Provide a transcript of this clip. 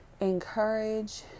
encourage